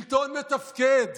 שלטון מתפקד.